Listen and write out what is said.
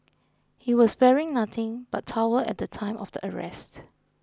he was wearing nothing but towel at the time of the arrest